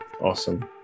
Awesome